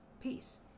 peace